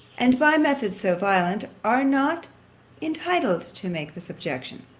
and by methods so violent, are not entitled to make this objection.